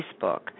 Facebook